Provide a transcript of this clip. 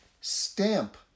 stamp